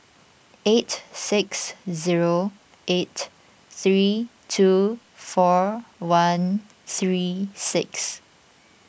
eight six zero eight three two four one three six